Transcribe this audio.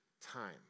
time